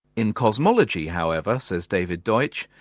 in cosmology however, says david deutsch,